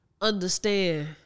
understand